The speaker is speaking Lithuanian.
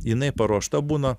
jinai paruošta būna